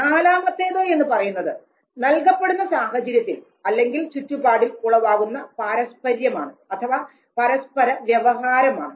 നാലാമത്തെ എന്ന് പറയുന്നത് നൽകപ്പെടുന്ന സാഹചര്യത്തിൽ അല്ലെങ്കിൽ ചുറ്റുപാടിൽ ഉളവാകുന്ന പാരസ്പര്യമാണ് അഥവാ പരസ്പര വ്യവഹാരം ആണ്